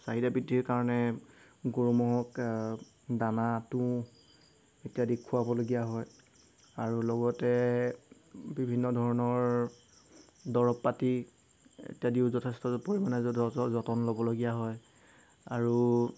চাহিদা বৃদ্ধিৰ কাৰণে গৰু ম'হক দানা তুঁহ ইত্যাদি খুৱাবলগীয়া হয় আৰু লগতে বিভিন্ন ধৰণৰ দৰৱ পাতি ইত্যাদিও যথেষ্ট পৰিমাণে যতন ল'বলগীয়া হয় আৰু